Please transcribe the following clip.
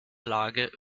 lage